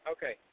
Okay